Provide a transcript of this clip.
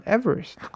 Everest